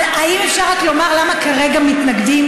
אבל האם אפשר רק לומר למה כרגע מתנגדים?